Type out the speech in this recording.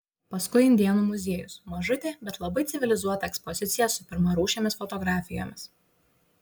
paskui indėnų muziejus mažutė bet labai civilizuota ekspozicija su pirmarūšėmis fotografijomis